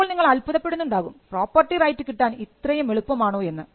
ഇപ്പോൾ നിങ്ങൾ അത്ഭുതപ്പെടുന്നുണ്ടാകും പ്രോപ്പർട്ടി റൈറ്റ് കിട്ടാൻ ഇത്രയും എളുപ്പമാണോ എന്ന്